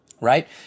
right